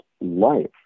life